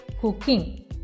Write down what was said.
cooking